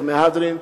דרך מהדרין,